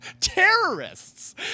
terrorists